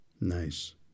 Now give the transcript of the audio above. Nice